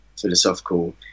philosophical